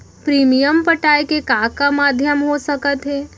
Premium पटाय के का का माधयम हो सकत हे?